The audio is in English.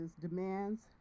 demands